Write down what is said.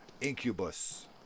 Incubus